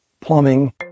plumbing